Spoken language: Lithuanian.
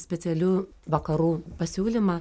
specialių vakarų pasiūlymą